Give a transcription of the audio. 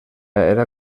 era